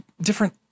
different